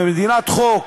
במדינת חוק,